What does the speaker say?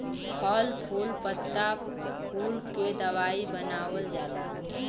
फल फूल पत्ता कुल के दवाई बनावल जाला